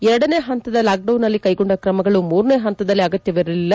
ಎರಡನೇ ಪಂತದ ಲಾಕ್ಡೌನ್ನಲ್ಲಿ ಕೈಗೊಂಡ ಕ್ರಮಗಳು ಮೂರನೇ ಪಂತದಲ್ಲಿ ಅಗತ್ಯವಿರಲಿಲ್ಲ